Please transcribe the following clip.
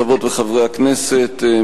חברות וחברי הכנסת,